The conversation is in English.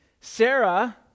Sarah